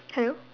hello